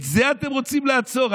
את זה אתם רוצים לעצור?